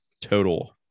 total